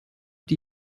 die